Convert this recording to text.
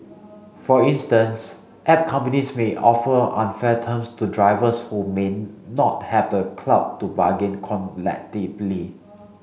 for instance app companies may offer unfair terms to drivers who may not have the clout to bargain collectively